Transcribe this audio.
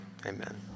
amen